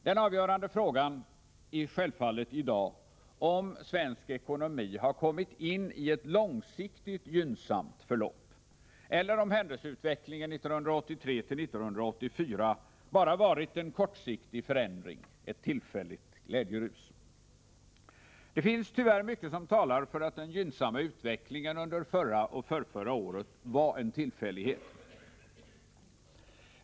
Den avgörande frågan i dag är självfallet om svensk ekonomi kommit in i ett långsiktigt gynnsamt förlopp eller om händelseutvecklingen 1983-1984 bara varit en kortsiktig förändring, ett tillfälligt glädjerus. Det finns tyvärr mycket som talar för att den gynnsamma utvecklingen under förra och förrförra året var en tillfällighet.